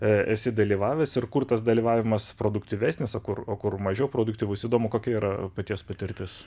esi dalyvavęs ir kur tas dalyvavimas produktyvesnis o kur o kur mažiau produktyvus įdomu kokia yra paties patirtis